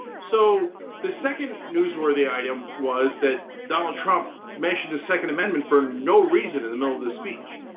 so the second newsworthy item was that donald trump mentioned the second amendment for no reason in the middle of the speech.